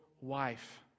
wife